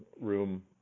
room